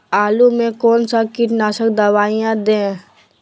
आलू में कौन सा कीटनाशक दवाएं दे?